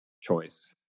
choice